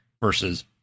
versus